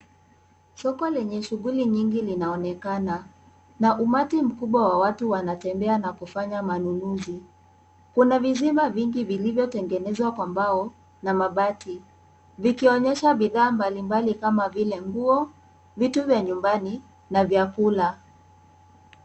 Soko lenye shughuli nyingi linaonekana na umati mkubwa wa watu wanatembea na kufanya manunuzi. Kuna vizima vingi vilivyotengenezwa kwa mbao na mabati vikionyesha bidhaa mbali mbali kama vile nguo, vitu vya nyumbani na vyakula.